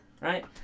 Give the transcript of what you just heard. Right